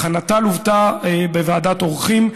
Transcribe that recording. הכנתה לוותה בוועדת עורכים,